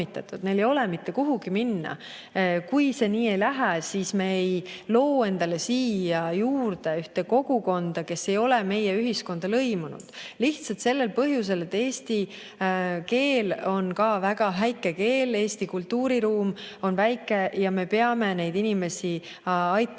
neil ei ole mitte kuhugi minna, siis me ei loo endale siia juurde ühte kogukonda, kes ei ole meie ühiskonda lõimunud. Lihtsalt sellel põhjusel, et eesti keel on väga väike keel ja Eesti kultuuriruum on väike. Me peame neil inimestel aitama